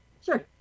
Sure